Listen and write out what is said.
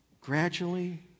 gradually